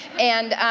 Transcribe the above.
and